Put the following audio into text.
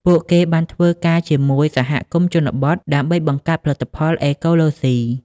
ពួកគេបានធ្វើការជាមួយសហគមន៍ជនបទ ដើម្បីបង្កើតផលិតផលអេកូឡូសុី។